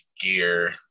gear